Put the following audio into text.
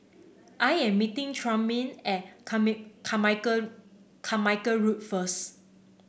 I am meeting Trumaine at Carmichael Carmichael Road first